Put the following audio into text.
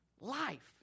life